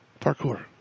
Parkour